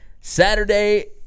Saturday